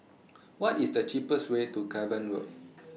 What IS The cheapest Way to Cavan Road